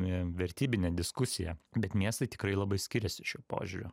i vertybinė diskusija bet miestai tikrai labai skiriasi šiuo požiūriu